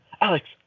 Alex